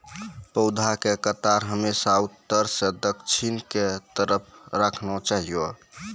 पौधा के कतार हमेशा उत्तर सं दक्षिण के तरफ राखना चाहियो